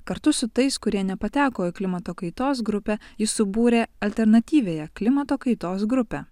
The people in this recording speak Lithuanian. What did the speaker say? kartu su tais kurie nepateko į klimato kaitos grupę jis subūrė alternatyviąją klimato kaitos grupę